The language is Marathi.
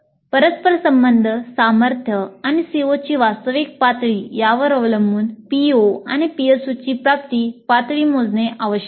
परस्परसंबंध सामर्थ्य आणि COची वास्तविक प्राप्ती पातळी यावर अवलंबून PO आणि PSOची प्राप्ती पातळी मोजणे आवश्यक आहे